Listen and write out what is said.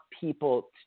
people